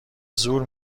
زور